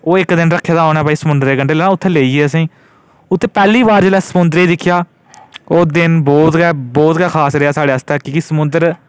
ओह् इक दिन रक्खे दा हा कि समुंद्र दे कंढै उत्थै लेई गेअसेंगी उत्थै पैह्लें जिसलै समुंद्र गी दिक्खेआ ओह् दिन बहुत गै बहुत खास रेहा साढ़े आस्तै कि जे समुंद्र